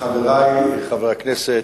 חברי חברי הכנסת,